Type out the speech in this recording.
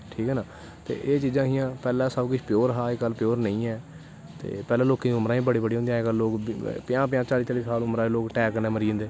ठीक ऐ ना ते एह् चीजां हियां पैह्लैं सब किश प्योर हा अज कल नेंई ऐ ते पैह्लैं लोकें दियां उमरां बी बड़ी बड़ियां होंदियां हा अज कल पजां पजां चाली चाली साल दी उमरा च लोग टैकै कन्नै मरी जंदे